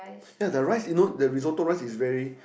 yea the rice you know the Risotto rice is very